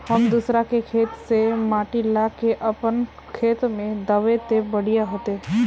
हम दूसरा के खेत से माटी ला के अपन खेत में दबे ते बढ़िया होते?